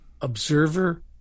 observer